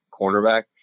cornerback